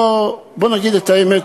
בוא נגיד את האמת,